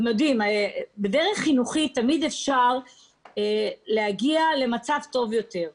בדרך חינוכית תמיד אפשר להגיע למצב טוב יותר.